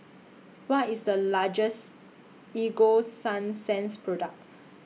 What IS The latest Ego Sunsense Product